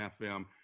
FM